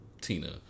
Tina